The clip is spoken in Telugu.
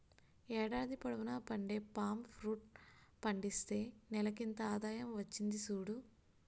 ఏడాది పొడువునా పండే పామ్ ఫ్రూట్ పండిస్తే నెలకింత ఆదాయం వచ్చింది సూడు